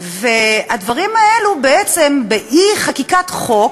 והדברים האלה, בעצם, באי-חקיקת חוק